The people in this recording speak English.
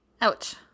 Ouch